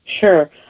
Sure